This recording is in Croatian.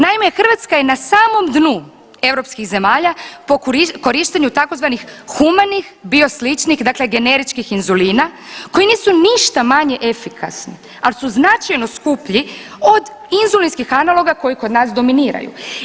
Naime, Hrvatska je na samom dnu europskih zemalja po korištenju tzv. humanih biosličnih, znači generičkih inzulina koji nisu ništa manje efikasni, ali su značajni skuplji od inzulinskih analoga koji kod nas dominiraju.